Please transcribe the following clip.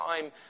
time